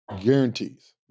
guarantees